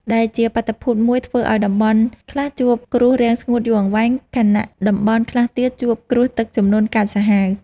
ដែលជាបាតុភូតមួយធ្វើឱ្យតំបន់ខ្លះជួបគ្រោះរាំងស្ងួតយូរអង្វែង ខណៈតំបន់ខ្លះទៀតជួបគ្រោះទឹកជំនន់កាចសាហាវ។